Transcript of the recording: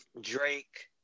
Drake